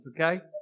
okay